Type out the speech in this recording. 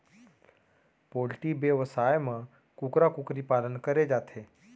poultry बेवसाय म कुकरा कुकरी पालन करे जाथे